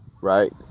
right